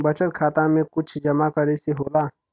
बचत खाता मे कुछ जमा करे से होला?